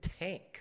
tank